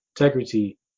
Integrity